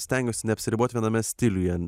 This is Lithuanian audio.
stengiuosi neapsiribot viename stiliuje